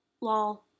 Lol